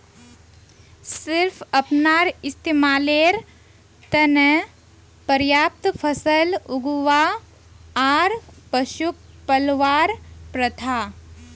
सिर्फ अपनार इस्तमालेर त न पर्याप्त फसल उगव्वा आर पशुक पलवार प्रथा